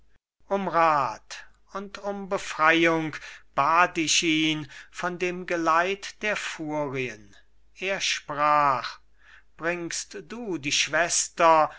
um rath und um befreiung bat ich ihn von dem geleit der furien er sprach bringst du die schwester